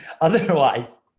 otherwise